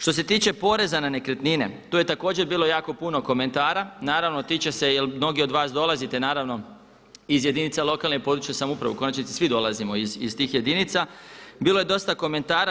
Što se tiče poreza na nekretnine tu je također bilo jako puno komentara, naravno tiče se jer mnogi od vas dolazite naravno iz jedinica lokalne i područne samouprave u konačnici svi dolazimo iz tih jedinica, bilo je dosta komentara.